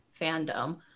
fandom